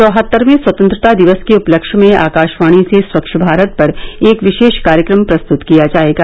चौहत्तरवें स्वतंत्रता दिवस के उपलक्ष्य में आकाशवाणी से स्वच्छ भारत पर एक विशेष कार्यक्रम प्रस्तत किया जायेगा